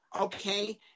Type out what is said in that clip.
okay